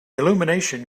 illumination